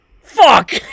Fuck